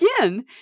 again